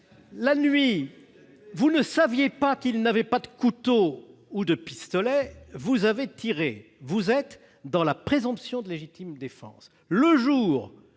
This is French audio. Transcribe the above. La nuit, vous ne saviez pas que la personne n'avait pas de couteau ou de pistolet et vous avez tiré : vous êtes dans un cas de présomption de légitime défense.